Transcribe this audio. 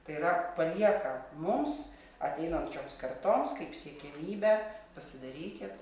tai yra palieka mums ateinančioms kartoms kaip siekiamybę pasidarykit